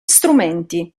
strumenti